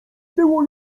było